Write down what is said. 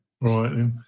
right